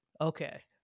Okay